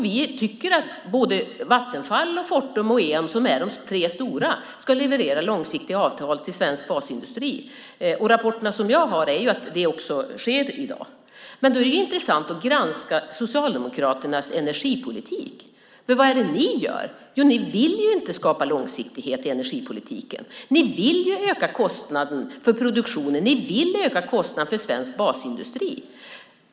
Vi tycker att både Vattenfall, Fortum och Eon som är de tre stora ska leverera långsiktiga avtal till svensk basindustri. Rapporterna som jag har säger att det också sker i dag. Men då är det intressant att granska Socialdemokraternas energipolitik. Vad är det ni gör? Jo, ni vill ju inte skapa långsiktighet i energipolitiken! Ni vill ju öka kostnaden för produktionen. Ni vill öka kostnaderna för svensk basindustri.